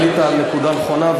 עלית על נקודה נכונה,